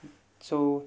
so